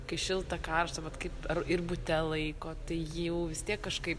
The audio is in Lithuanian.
kai šilta karšta vat kaip ir bute laiko tai jau vis tiek kažkaip